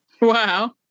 Wow